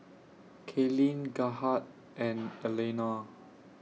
Kaelyn Gerhardt and Eleanore